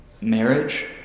Marriage